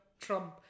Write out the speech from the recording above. Trump